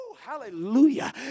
hallelujah